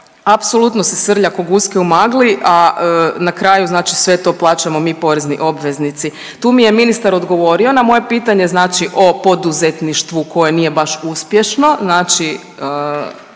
apsolutno se srlja ko guske u magli, a na kraju znači sve to plaćamo mi porezni obveznici. Tu mi je ministar odgovorio na moje pitanje znači o poduzetništvu koje nije baš uspješno